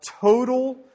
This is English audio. total